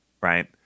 right